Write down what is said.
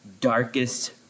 darkest